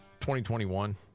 2021